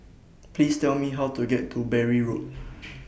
Please Tell Me How to get to Bury Road